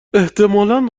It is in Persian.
احتمالا